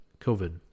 COVID